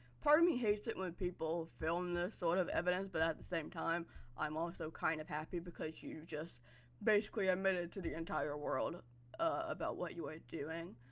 part of me hates it when people film this sort of evidence but at the same time i'm also kind of happy because you just basically admitted to the entire world about what you are doing.